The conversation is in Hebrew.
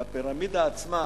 והפירמידה עצמה